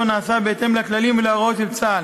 נעשה בהתאם לכללים ולהוראות של צה"ל,